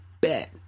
bet